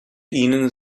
ihnen